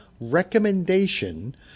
recommendation